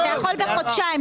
אתה יכול לקצר גם בחודשיים.